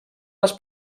les